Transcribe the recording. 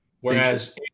Whereas